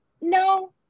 no